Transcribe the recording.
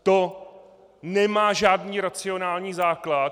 To nemá žádný racionální základ.